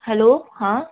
hello हाँ